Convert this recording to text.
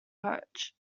coach